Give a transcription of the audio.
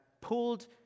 pulled